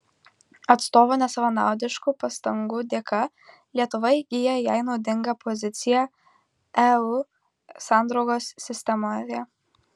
atstovų nesavanaudiškų pastangų dėka lietuva įgyja jai naudingą poziciją eu sandraugos sistemoje